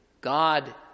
God